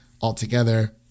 altogether